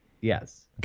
Yes